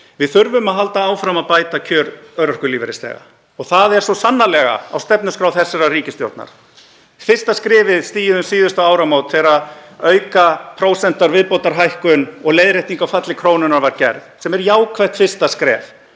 Við þurfum að halda áfram að bæta kjör örorkulífeyrisþega og það er svo sannarlega á stefnuskrá þessarar ríkisstjórnar. Fyrsta skrefið var stigið um síðustu áramót þegar aukaprósentshækkun og leiðrétting á falli krónunnar var gerð, sem er jákvætt fyrsta skref.